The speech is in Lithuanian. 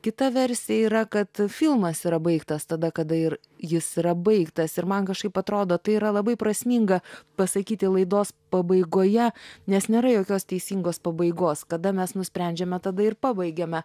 kita versija yra kad filmas yra baigtas tada kada ir jis yra baigtas ir man kažkaip atrodo tai yra labai prasminga pasakyti laidos pabaigoje nes nėra jokios teisingos pabaigos kada mes nusprendžiame tada ir pabaigiame